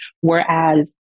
Whereas